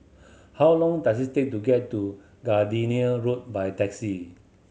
how long does it take to get to Gardenia Road by taxi